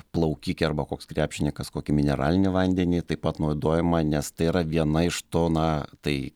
plaukikė arba koks krepšininkas kokį mineralinį vandenį taip pat naudojama nes tai yra viena iš to na tai